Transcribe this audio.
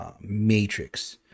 Matrix